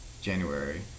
January